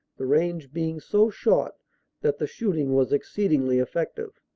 the range being so short that the shooting was exceedingly effective.